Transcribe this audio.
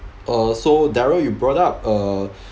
uh so darrel you brought up uh